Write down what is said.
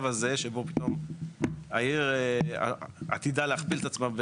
הזה שפתאום העיר עתידה להכפיל את עצמה,